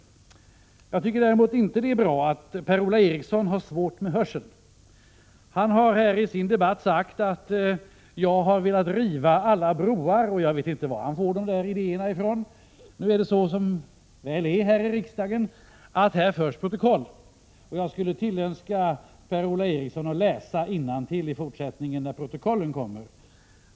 Däremot tycker jag inte det är bra att Per-Ola Eriksson har det svårt med hörseln. Han har sagt att jag velat riva alla broar. Jag vet inte varifrån han får dessa idéer. Som väl är förs det protokoll här i riksdagen, och jag vill tillråda Per-Ola Eriksson att läsa innantill i fortsättningen, när protokollen kommer.